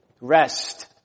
Rest